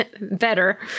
Better